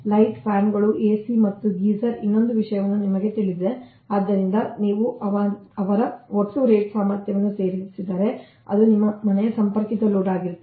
light ಫ್ಯಾನ್ಗಳು AC ಮತ್ತು geyser ಇನ್ನೊಂದು ವಿಷಯಗಳನ್ನು ನಿಮಗೆ ತಿಳಿದಿದೆ ಆದ್ದರಿಂದ ನೀವು ಅವರ ಒಟ್ಟು ರೇಟ್ ಸಾಮರ್ಥ್ಯವನ್ನು ಸೇರಿಸಿದರೆ ಅದು ನಿಮ್ಮ ಮನೆಯ ಸಂಪರ್ಕಿತ ಲೋಡ್ ಆಗಿರುತ್ತದೆ